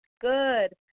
good